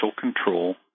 control